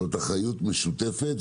זו אחריות משותפת.